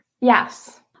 Yes